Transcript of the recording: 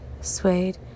suede